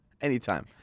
Anytime